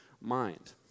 mind